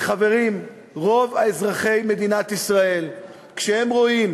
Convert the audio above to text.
וחברים, רוב אזרחי מדינת ישראל, כשהם רואים